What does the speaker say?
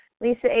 Lisa